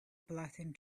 blessing